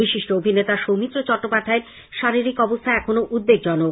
বিশিষ্ট অভিনেতা সৈমিত্র চট্টোপাধ্যায়ের শারীরিক অবস্থা এখনো উদ্বেগজনক